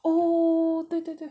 oh 对对对